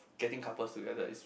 getting couples together is